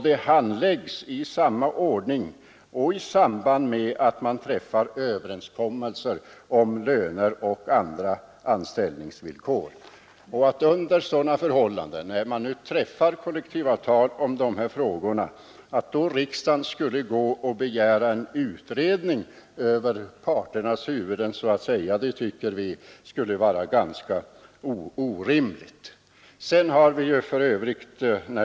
De handläggs i samma ordning och i samband med att man träffar överenskommelser om löner och andra anställningsvillkor, och att riksdagen under sådana förhållanden — när det nu träffas kollektivavtal om dessa frågor — skulle begära en utredning så att säga över parternas huvuden finner utskottsmajoriteten vara ganska orimligt.